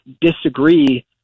disagree